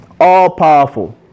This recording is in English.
all-powerful